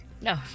No